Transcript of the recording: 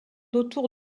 autour